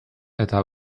eta